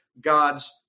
God's